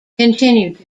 continued